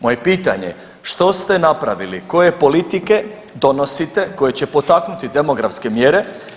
Moje pitanje je, što ste napravili koje politike donosite koje će potaknuti demografske mjere?